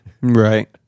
Right